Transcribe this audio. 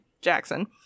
Jackson